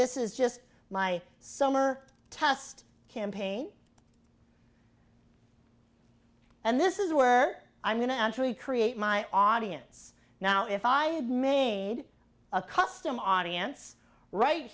this is just my summer test campaign and this is where i'm going to actually create my audience now if i had made a custom audience right